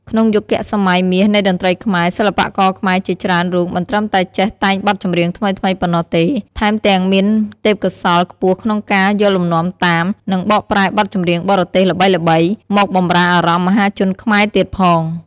ក្នុងយុគសម័យមាសនៃតន្ត្រីខ្មែរ សិល្បករខ្មែរជាច្រើនរូបមិនត្រឹមតែចេះតែងបទចម្រៀងថ្មីៗប៉ុណ្ណោះទេ ថែមទាំងមានទេពកោសល្យខ្ពស់ក្នុងការ យកលំនាំតាម និងបកប្រែបទចម្រៀងបរទេសល្បីៗ មកបម្រើអារម្មណ៍មហាជនខ្មែរទៀតផង។